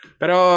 pero